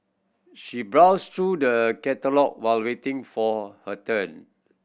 she brows through the catalogue while waiting for her turn